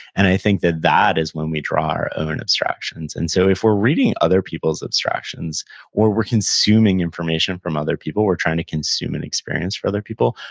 and i think that that is when we draw our own abstractions, and so, if we're reading other people's abstractions or we're consuming information from other people, we're trying to consume an experience for other people,